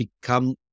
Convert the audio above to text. become